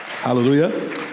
Hallelujah